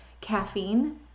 caffeine